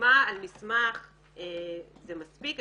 חתימה על מסמך זה מספיק.